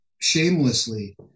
shamelessly